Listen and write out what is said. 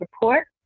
report